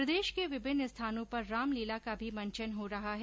प्रदेश के विभिन्न स्थानों पर रामलीला का भी मंचन हो रहा है